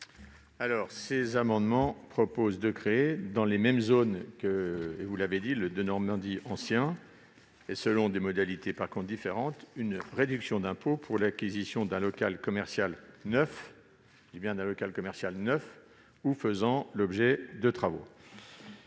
? Ces amendements visent à prévoir, dans les mêmes zones que le « Denormandie ancien » et selon des modalités différentes, une réduction d'impôt pour l'acquisition d'un local commercial neuf ou faisant l'objet de travaux.